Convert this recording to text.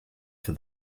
for